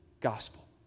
gospel